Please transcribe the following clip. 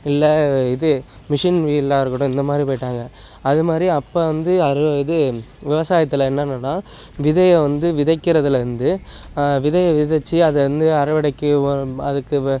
இல்லை இது மிஷின் ஃபீல்டாக இருக்கட்டும் இந்த மாரி போயிட்டாங்க அது மாதிரி அப்போ வந்து அறு இது விவசாயத்தில் என்னென்னன்னா விதையை வந்து விதைக்குறதுலேர்ந்து விதையை விதைச்சு அதை வந்து அறுவடைக்கு உரம் அதுக்கு ப